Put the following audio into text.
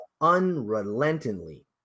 unrelentingly